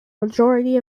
majority